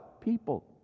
people